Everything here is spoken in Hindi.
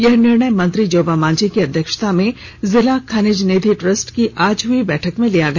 यह निर्णय मंत्री जोबा मांझी की अध्यक्षता में जिला खनिज निधि ट्रस्ट की आज हई बैठक में लिया गया